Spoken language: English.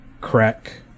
crack